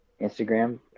Instagram